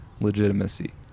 legitimacy